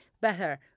better